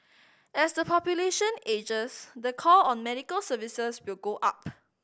as the population ages the call on medical services will go up